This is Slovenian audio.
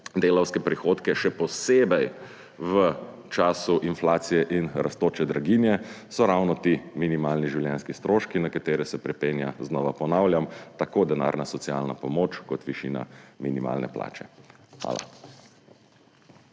delavske prihodke, še posebej v času inflacije in rastoče draginje, so ravno ti minimalni življenjski stroški, na katere se pripenja, znova ponavljam, tako denarna socialna pomoč kot višina minimalne plače. Hvala.